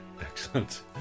Excellent